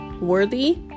worthy